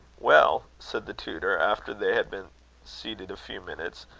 well, said the tutor, after they had been seated a few minutes,